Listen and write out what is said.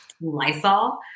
Lysol